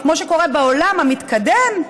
כמו שקורה בעולם המתקדם,